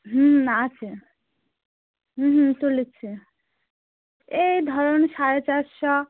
হুম আছে হুম হুম তুলেছে এই ধরুন সাড়ে চারশো